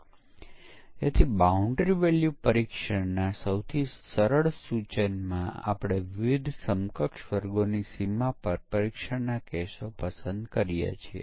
જો આપણે યુનિટ પરીક્ષણમાં પરીક્ષણનાં સ્તરો જોઈએ તો આપણે દરેક યુનિટનું પરીક્ષણ કરીએ છીએ